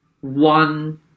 one